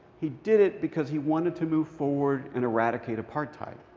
he did it because he wanted to move forward and eradicate apartheid.